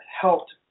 helped